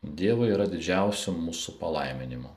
dievui yra didžiausiu mūsų palaiminimu